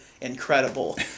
incredible